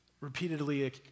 repeatedly